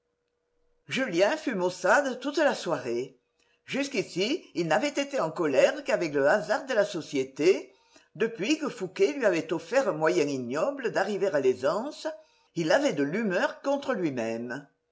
julien fut maussade toute la soirée jusqu'ici il n'avait été en colère qu'avec le hasard de la société depuis que fouqué lui avait offert un moyen ignoble d'arriver à l'aisance il avait de l'humeur contre lui-même